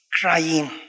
Crying